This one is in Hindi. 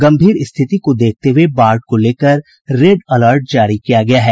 गम्भीर स्थिति को देखते हुये बाढ़ को लेकर रेड अलर्ट जारी किया गया है